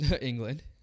England